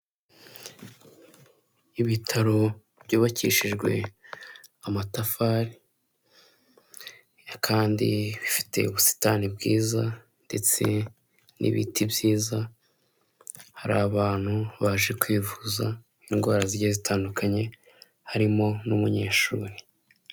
Uyu ni umuhanda wo mu bwoko bwa kaburimbo ugizwe n'amabara y'umukara nu'uturongo tw'umweru, kuruhande hari ibiti birebire by'icyatsi bitoshye, bitanga umuyaga n'amahumbezi ku banyura aho ngaho bose.